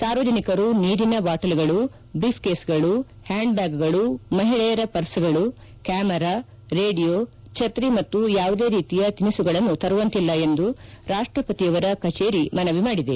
ಸಾರ್ವಜನಿಕರು ನೀರಿನ ಬಾಟಲಿಗಳು ಬ್ರೀಫ್ಕೇಸ್ಗಳು ಹ್ವಾಂಡ್ ಬ್ವಾಗ್ಗಳು ಮಹಿಳೆಯರ ಪರ್ಸ್ಗಳು ಕ್ಯಾಮೆರಾ ರೇಡಿಯೊ ಛಕ್ತಿ ಮತ್ತು ಯಾವುದೇ ರೀತಿಯ ತಿನಿಸುಗಳನ್ನು ತರುವಂತಿಲ್ಲ ಎಂದು ರಾಷ್ಷಪತಿಯವರ ಕಚೇರಿ ಮನವಿ ಮಾಡಿದೆ